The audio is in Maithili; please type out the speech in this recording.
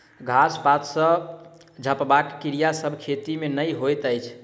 घास पात सॅ झपबाक क्रिया सभ खेती मे नै होइत अछि